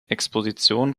exposition